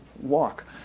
walk